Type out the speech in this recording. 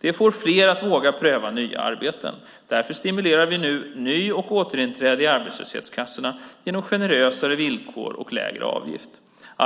Det får fler att våga pröva nya arbeten. Därför stimulerar vi nu ny och återinträde till arbetslöshetskassorna genom generösare villkor och lägre avgift.